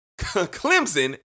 Clemson